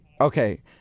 okay